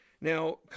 Now